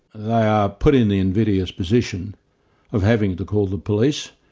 they are put in the invidious position of having to call the police.